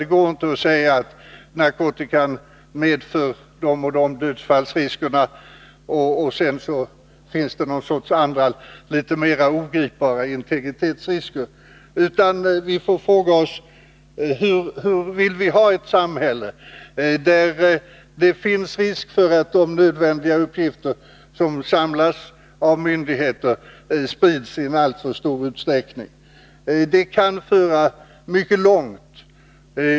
Det går inte att säga att narkotikan medför de och de dödsfallsriskerna och att det sedan finns några andra, litet mer ogripbara integritetsrisker, utan vi får fråga oss: Hur vill vi ha ett samhälle där det finns risk för att de nödvändiga uppgifter som samlas in av myndigheter sprids i alltför stor utsträckning?